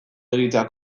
egitea